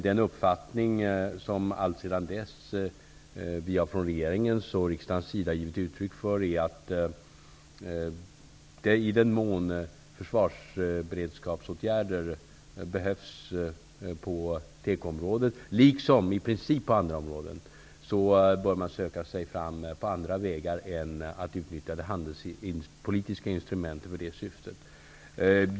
Den uppfattning som vi från regering och riksdag alltsedan dess har givit uttryck för är att i den mån försvarsberedskapsåtgärder behövs på tekoområdet liksom i princip på andra områden, bör man söka sig fram på andra vägar än genom att utnyttja de handelspolitiska instrumenten för det syftet.